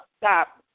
Stop